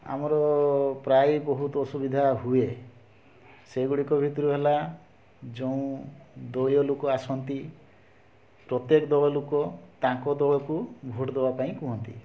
ଆମର ପ୍ରାୟ ବହୁତ ଅସୁବିଧା ହୁଏ ସେଗୁଡ଼ିକ ଭିତରୁ ହେଲା ଯେଉଁ ଦଳୀୟ ଲୋକ ଆସନ୍ତି ପ୍ରତ୍ୟେକ ଦଳ ଲୋକ ତାଙ୍କ ଦଳକୁ ଭୋଟ ଦେବା ପାଇଁ କୁହନ୍ତି